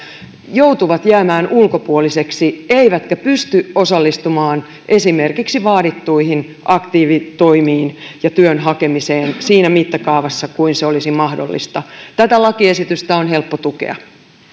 joutuvat jäämään ulkopuolisiksi eivätkä pysty osallistumaan esimerkiksi vaadittuihin aktiivitoimiin ja työn hakemiseen siinä mittakaavassa kuin se olisi mahdollista tätä lakialoitetta on helppo tukea